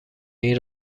این